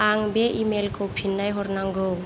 आं बे इमेलखौ फिन्नाय हरनांगौ